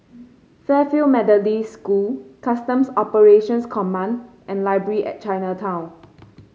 Fairfield Methodist School Customs Operations Command and Library at Chinatown